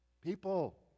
People